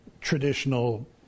traditional